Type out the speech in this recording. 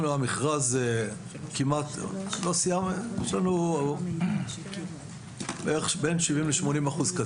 במכרז יש לנו כתוב בין 70 ל-80 אחוזים.